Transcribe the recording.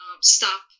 stop